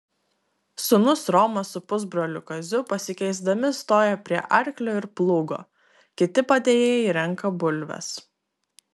sūnus romas su pusbroliu kaziu pasikeisdami stoja prie arklio ir plūgo kiti padėjėjai renka bulves